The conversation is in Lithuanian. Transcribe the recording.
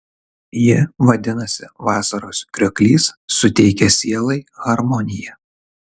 ji vadinasi vasaros krioklys suteikia sielai harmoniją